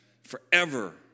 forever